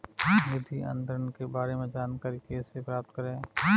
निधि अंतरण के बारे में जानकारी कैसे प्राप्त करें?